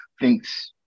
thinks